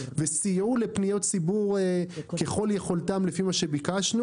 וסייעו לפניות ציבור ככל יכולתם לפי מה שביקשנו